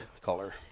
color